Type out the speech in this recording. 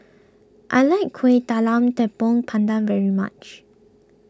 I like Kuih Talam Tepong Pandan very much